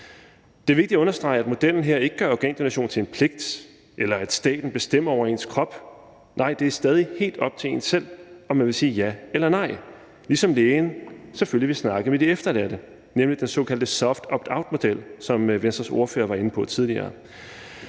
Det er vigtigt at understrege, at modellen her ikke gør organdonation til en pligt, eller at staten bestemmer over ens krop. Nej, det er stadig helt op til en selv, om man vil sige ja eller nej, ligesom lægen selvfølgelig vil snakke med de efterladte, nemlig den såkaldte soft optoutmodel, som Venstres ordfører var inde på tidligere.